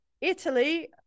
Italy